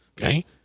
Okay